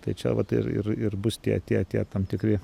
tai čia vat ir ir ir bus tie tie tie tam tikri